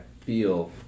feel